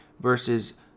versus